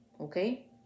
Okay